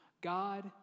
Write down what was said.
God